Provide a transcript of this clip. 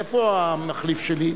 איפה המחליף שלי?